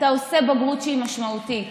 אתה עושה בגרות שהיא משמעותית,